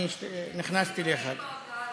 היה לנו קורס של עשר שעות.